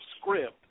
script